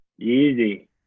Easy